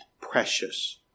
precious